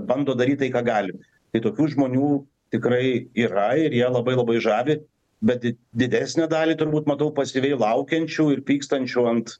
bando daryt tai ką galim tai tokių žmonių tikrai yra ir jie labai labai žavi bet didesnę dalį turbūt matau pasyviai laukiančių ir pykstančių ant